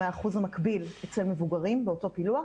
מהאחוז המקביל אצל מבוגרים באותו פילוח,